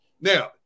Now